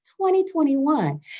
2021